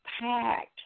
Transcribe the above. packed